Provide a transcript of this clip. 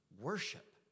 worship